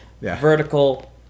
Vertical